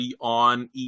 on